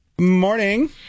Morning